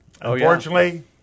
unfortunately